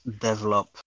develop